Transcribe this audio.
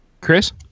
Chris